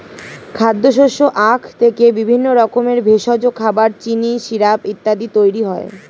খাদ্যশস্য আখ থেকে বিভিন্ন রকমের ভেষজ, খাবার, চিনি, সিরাপ ইত্যাদি তৈরি হয়